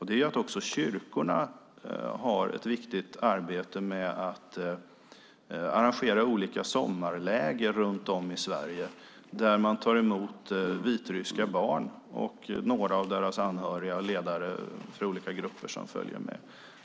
Det är att också kyrkorna har ett viktigt arbete med att arrangera olika sommarläger runt om i Sverige där man tar emot vitryska barn, några av deras anhöriga och ledare för olika grupper som följer med.